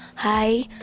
hi